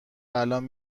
الان